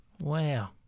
Wow